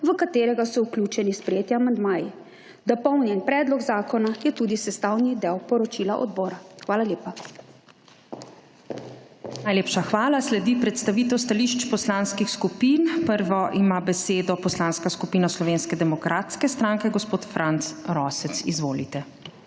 v katerega so vključeni sprejeti amandmaji. Dopolnjen predlog zakona je tudi sestavni del poročila odbora. Hvala lepa. **PREDSEDNICA MAG. URŠKA KLAKOČAR ZUPANČIČ:** Najlepša hvala. Sledi predstavitev stališč poslanskih skupin. Prva ima besedo Poslanska skupina Slovenske demokratske stranke, gospod Franc Rosec. Izvolite.